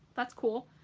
that's cool.